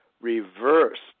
reversed